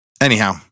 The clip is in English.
anyhow